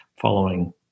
following